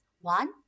One